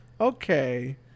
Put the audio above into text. okay